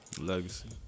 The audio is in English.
Legacy